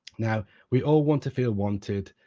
now, we all want to feel wanted.